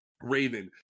Raven